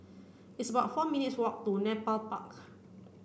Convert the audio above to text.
it's about four minutes' walk to Nepal Park